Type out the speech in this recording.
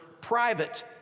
private